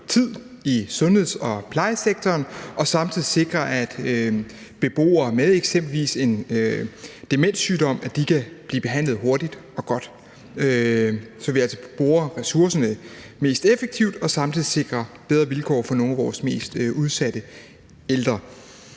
tid i sundheds- og plejesektoren og samtidig sikre, at beboere med eksempelvis en demenssygdom kan blive behandlet hurtigt og godt, så vi altså bruger ressourcerne mest effektivt og samtidig sikrer bedre vilkår for nogle af vores mest udsatte ældre.